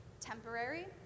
temporary